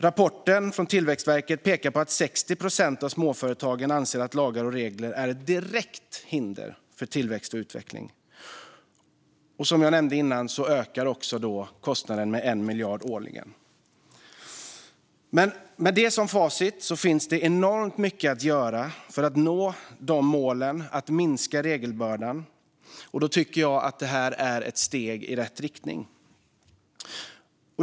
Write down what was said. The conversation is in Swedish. Rapporten från Tillväxtverket pekar på att 60 procent av småföretagen anser att lagar och regler är ett direkt hinder för tillväxt och utveckling. Som jag nämnde tidigare ökar kostnaden med 1 miljard årligen. Med detta som facit finns det enormt mycket att göra för att nå målet att minska regelbördan, och jag tycker att det här är ett steg i rätt riktning.